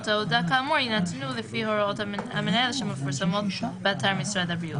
תעודה כאמור יינתנו לפי הוראות המנהל שמפורסמות באתר משרד הבריאות".